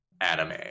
anime